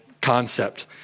concept